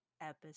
episode